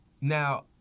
now